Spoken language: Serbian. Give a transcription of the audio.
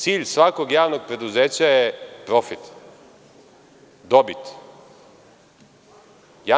Cilj svakog javnog preduzeća je profit, dobit.